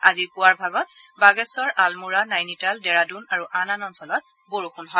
আজি পুৱাৰ ভাগত বাগেশ্বৰ আলমড়া নাইনিতাল ডেৰাদুন আৰু আন আন অঞ্চলত বৰষুণ হয়